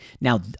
Now